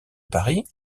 paris